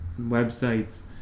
websites